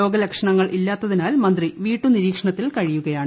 രോഗലക്ഷണങ്ങൾ ഇല്ലാത്തതിനാൽ മന്ത്രി വീട്ടുനിരീക്ഷ ണത്തിൽ കഴിയുകയാണ്